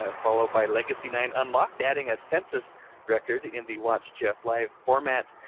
ah followed by legacy nine unlocked adding a census record in the watch-geoff-live format.